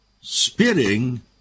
spitting